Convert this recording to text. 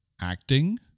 acting